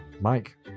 Mike